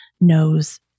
knows